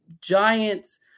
giants